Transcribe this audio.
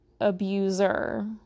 abuser